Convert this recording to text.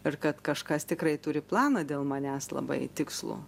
ir kad kažkas tikrai turi planą dėl manęs labai tikslų